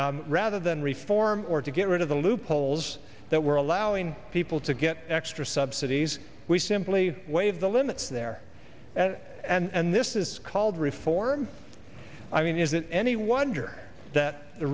rather than reform or to get rid of the loopholes that were allowing people to get extra subsidies we simply waive the limits there and this is called reform i mean is it any wonder that the